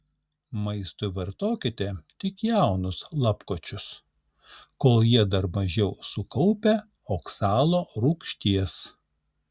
maistui vartokime tik jaunus lapkočius kol jie dar mažiau sukaupę oksalo rūgšties